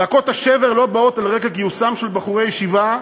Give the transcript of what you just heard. זעקות השבר לא באות על רקע גיוסם של בחורי ישיבה,